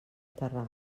terral